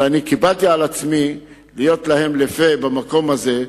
ואני קיבלתי על עצמי להיות להם לפה במקום הזה,